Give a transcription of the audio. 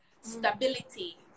stability